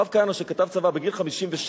הרב כהנא כתב צוואה בגיל 57,